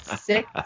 six